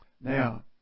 Now